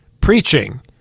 preaching